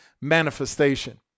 Manifestation